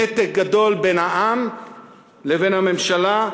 נתק גדול, בין העם לבין הממשלה,